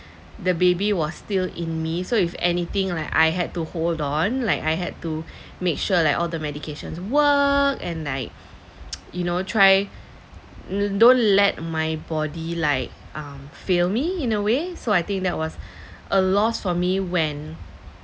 the baby was still in me so if anything like I had to hold on like I had to make sure like all the medications work and like you know try don't let my body like um fail me in a way so I think that was a loss for me when